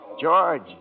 George